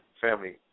family